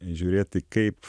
žiūrėti kaip